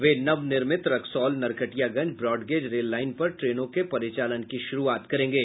वे नव निर्मित Raxaul Narkatiaganj broad gauge rail line पर ट्रेनों के परिचालन की शुरूआत करेंगे